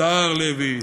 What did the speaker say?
סהר לוי,